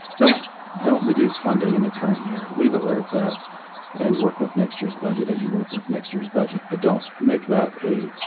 don't don't reduce funding in the current year. leave it where it's at and work with next year's budget as you work with next year's budget. but don't make that a